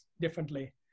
differently